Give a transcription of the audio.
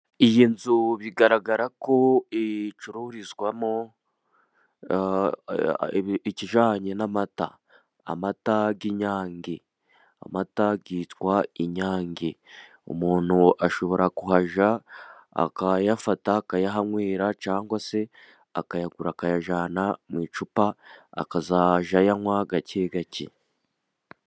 Iyi nzu bigaragara ko icururizwamo ikijyanye n'amata. Amata y’inyange，inyange，amata yitwa inyange， umuntu ashobora kuhajya，akayafata akayahanywera，cyangwa se akayahakura akayajyana mu icupa， akazajya ayanywa gake gake.